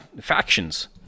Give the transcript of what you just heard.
factions